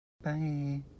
Bye